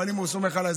אבל אם הוא סומך עליי,